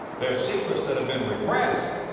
there're secrets that have been repressed.